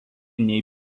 nei